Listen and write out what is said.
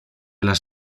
las